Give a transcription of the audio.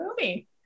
movie